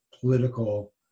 political